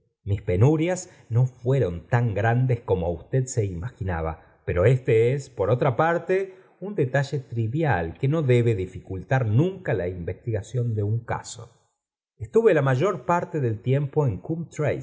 mis penurias no fueron tan grandes como usted se imaginaba pero éste cn por otra parte un detalle trivial que no debo dificultar minen la investigación de un caso estuve la mayor parte del tiempo en